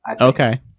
Okay